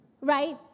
Right